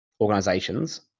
organizations